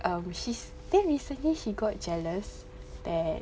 um she's then recently she got jealous that